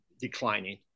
declining